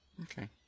Okay